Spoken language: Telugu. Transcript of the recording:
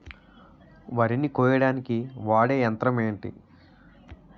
వరి ని కోయడానికి వాడే యంత్రం ఏంటి?